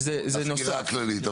תכניסו את זה לסקירה הכללית.